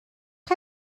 chi